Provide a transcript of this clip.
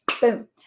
Boom